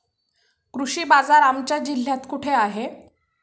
कृषी बाजार आमच्या जिल्ह्यात कुठे आहे?